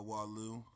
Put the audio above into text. Walu